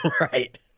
Right